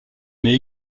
mais